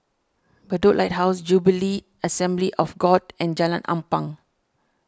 Bedok Lighthouse Jubilee Assembly of God and Jalan Ampang